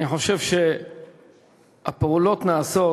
אני חושב שהפעולות נעשות